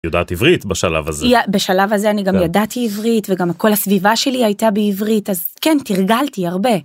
יודעת עברית בשלב הזה בשלב הזה אני גם ידעתי עברית וגם כל הסביבה שלי הייתה בעברית אז כן תרגלתי הרבה.